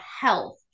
health